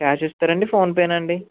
cash ఇస్తారండి ఫోన్పేనా అండి